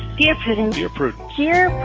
dear prudence, dear prudence here.